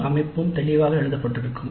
முழு அமைப்பும் தெளிவாக எழுதப்பட்டிருக்கும்